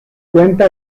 cuenta